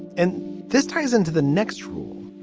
and this ties into the next rule,